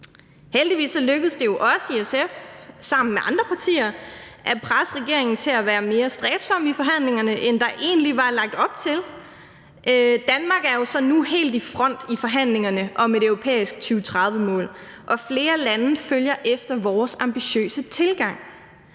Heldigvis lykkedes det jo os i SF sammen med andre partier at presse regeringen til at være mere stræbsomme i forhandlingerne, end der egentlig var lagt op til. Danmark er jo så nu helt i front i forhandlingerne om et europæisk 2030-mål, og flere lande følger efter vores ambitiøse tilgang.